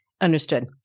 Understood